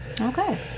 Okay